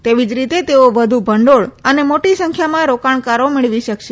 એવી જ રીતે તેઓ વધુ ભંડોળ અને મોટી સંખ્યામાં રોકાણકારો મેળવી શકશે